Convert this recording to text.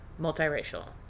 multiracial